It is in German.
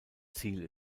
ziel